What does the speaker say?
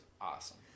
Awesome